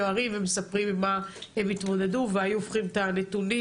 ערים ומספרים עם מה הם התמודדו והיו הופכים את הנתונים